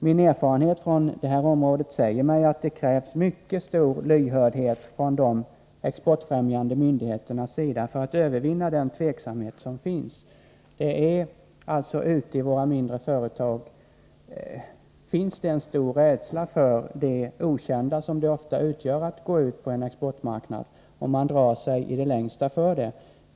Min erfarenhet från detta område säger mig att det krävs mycket stor lyhördhet från de exportfrämjande myndigheternas sida för att övervinna den tveksamhet som finns. Ute i våra mindre företag finns det en stor rädsla för det okända som det ofta innebär att gå ut på en exportmarknad, och man drar sig i det längsta för det.